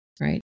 right